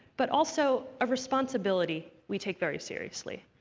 but also a responsibility we take very seriously.